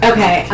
Okay